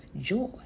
joy